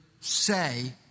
say